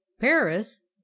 paris